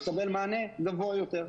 יקבל מענה גבוה יותר.